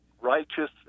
righteous